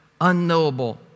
unknowable